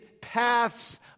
paths